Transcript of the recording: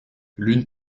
l’une